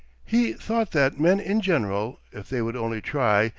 he thought that men in general, if they would only try,